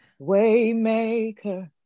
Waymaker